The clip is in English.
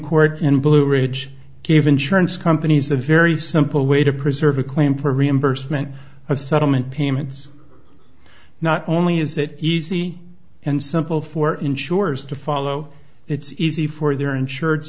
court and blue ridge gave insurance companies a very simple way to preserve a claim for reimbursement of settlement payments not only is it easy and simple for insurers to follow it's easy for their insurance